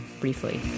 briefly